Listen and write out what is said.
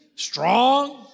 Strong